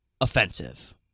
offensive